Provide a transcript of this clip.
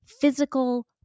physical